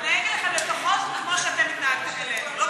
נתנהג אליך לפחות כמו שאתם התנהגתם אלינו.